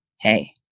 hey